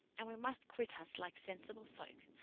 and we must quit us like sensible folk,